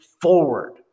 forward